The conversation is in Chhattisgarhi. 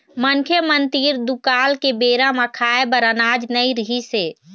मनखे मन तीर दुकाल के बेरा म खाए बर अनाज नइ रिहिस हे